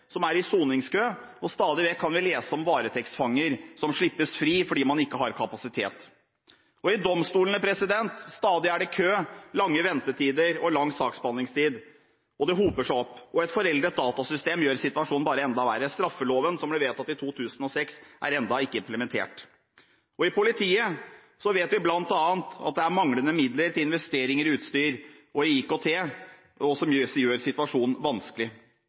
som er i soningskø, og stadig vekk kan vi lese om varetektsfanger som slippes fri fordi man ikke har kapasitet. Når det gjelder domstolene, er det stadig kø, lange ventetider og lang saksbehandlingstid – og det hoper seg opp. Et foreldet datasystem gjør bare situasjonen enda verre. Straffeloven som ble vedtatt i 2006, er enda ikke implementert. Når det gjelder politiet, vet vi bl.a. at det er manglende midler til investeringer i utstyr og IKT, som gjør situasjonen vanskelig.